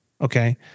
Okay